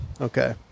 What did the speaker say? Okay